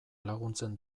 laguntzen